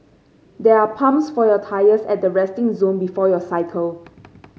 there are pumps for your tyres at the resting zone before you cycle